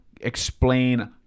explain